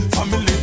Family